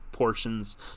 Portions